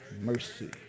Mercy